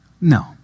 No